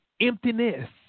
Emptiness